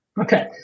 Okay